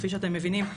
כפי שאתם מבינים,